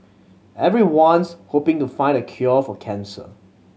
everyone's hoping to find the cure for cancer